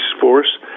force